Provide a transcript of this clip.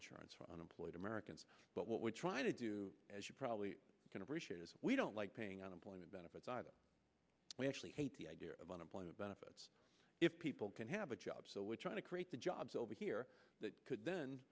insurance for unemployed americans but what we try to do as you probably can appreciate is we don't like paying unemployment benefits we actually hate the idea of unemployment benefits if people can have a job so we're trying to create the jobs over here that could then